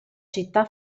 città